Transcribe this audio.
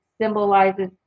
symbolizes